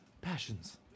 passions